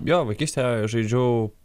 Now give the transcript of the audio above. jo vaikystėje žaidžiau